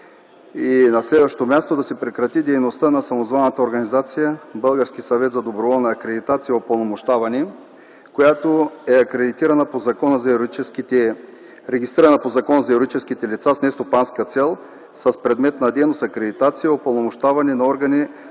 и на следващо място да се прекрати дейността на самозваната организация Български съвет за доброволна акредитация и упълномощаване, която е регистрирана по Закона за юридическите лица с нестопанска цел с предмет на дейност „акредитация и упълномощаване на органи